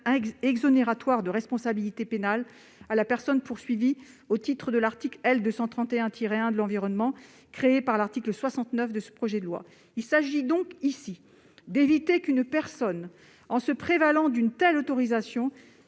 exonératoire de responsabilité pénale à la personne poursuivie au titre de l'article L. 231-1 du code de l'environnement, créé par l'article 69 de ce projet de loi. Il s'agit donc ici d'éviter qu'une personne, en se prévalant d'une telle autorisation,